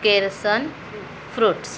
केरसन fruits